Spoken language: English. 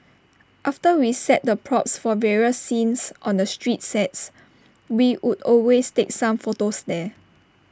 after we set the props for various scenes on the street sets we would always take some photos there